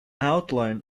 outline